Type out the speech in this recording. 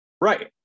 Right